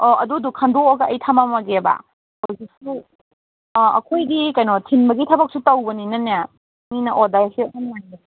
ꯑꯣ ꯑꯗꯨꯗꯣ ꯈꯟꯗꯣꯛꯑꯒ ꯑꯩ ꯊꯝꯃꯝꯃꯒꯦꯕ ꯍꯧꯖꯤꯛꯀꯤ ꯑꯩꯈꯣꯏꯒꯤ ꯀꯩꯅꯣ ꯊꯤꯟꯕꯒꯤ ꯊꯕꯛꯁꯨ ꯇꯧꯕꯅꯤꯅꯅꯦ ꯃꯤꯅ ꯑꯣꯔꯗꯔꯁꯦ ꯑꯣꯟꯂꯥꯏꯟꯗ